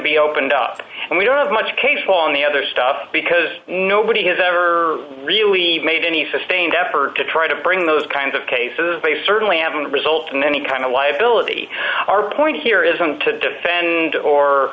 be opened up and we don't have much case law on the other stuff because nobody has ever really made any sustained effort to try to bring those kinds of cases they certainly haven't result in any kind of liability our point here isn't to defend or